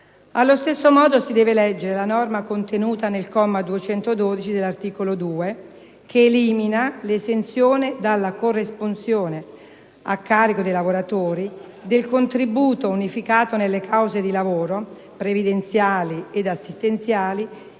Allo stesso modo si deve leggere la norma contenuta nel comma 212 dell'articolo 2, che elimina l'esenzione dalla corresponsione, a carico dei lavoratori, del contributo unificato nelle cause di lavoro, previdenziali ed assistenziali,